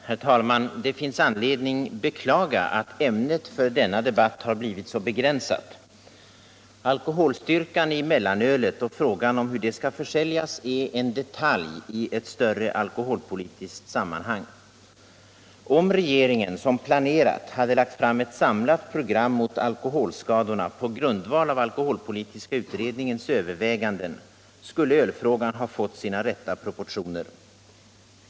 Herr talman! Det finns anledning att beklaga att ämnet för denna debatt blivit så begränsat. Alkoholstyrkan i mellanölet och frågan om hur det skall försäljas är en detalj i ett större alkoholpolitiskt sammanhang. Om regeringen, som planerat, lagt fram ett samlat program mot alkoholskadorna på grundval av alkoholpolitiska utredningens överväganden, skulle ölfrågan ha fått sina rätta proportioner.